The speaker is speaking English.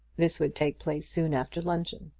this would take place soon after luncheon.